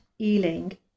Ealing